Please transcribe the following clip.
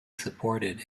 supported